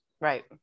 Right